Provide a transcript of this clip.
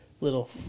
little